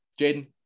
Jaden